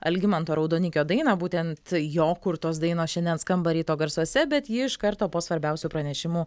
algimanto raudonikio dainą būtent jo kurtos dainos šiandien skamba ryto garsuose bet ji iš karto po svarbiausių pranešimų